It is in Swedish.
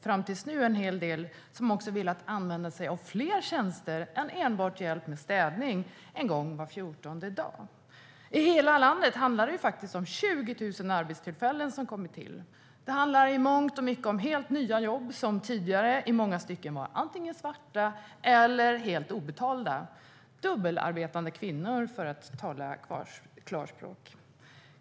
Fram till nu är det en hel del som också vill använda sig av fler tjänster än enbart hjälp med städning en gång var fjortonde dag. I hela landet handlar det faktiskt om 20 000 arbetstillfällen som har kommit till. Det handlar i mångt och mycket om helt nya jobb som tidigare i långa stycken var antingen svarta eller helt obetalda - dubbelarbetande kvinnor, för att tala klarspråk.